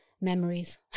memories